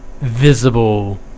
visible